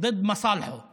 נגד האינטרסים של עצמו?)